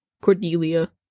Cordelia